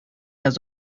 las